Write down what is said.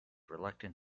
reluctant